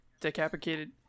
decapitated